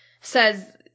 says